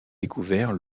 découvert